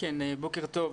בוקר טוב.